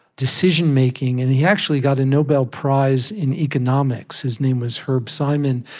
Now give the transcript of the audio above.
decision making, and he actually got a nobel prize in economics his name was herb simon.